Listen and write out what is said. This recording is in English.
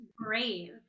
brave